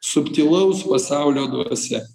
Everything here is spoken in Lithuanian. subtilaus pasaulio dvasia